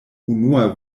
unua